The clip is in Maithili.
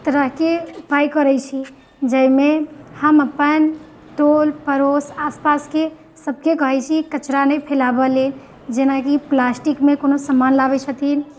तरहके उपाय करैत छी जाहिमे हम अपन टोल पड़ोस आसपासके सबके कहैत छी कचरा नहि फैलाबऽ लेल जेनाकि प्लास्टिकमे कोनो समान लाबैत छथिन